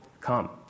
come